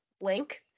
link